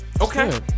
Okay